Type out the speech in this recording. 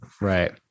Right